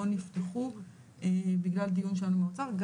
לא נפתחו בגלל דיון שלנו עם האוצר,